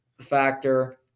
factor